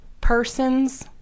persons